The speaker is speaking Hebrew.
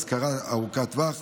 השכרה ארוכת טווח,